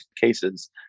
cases